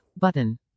button